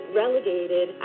relegated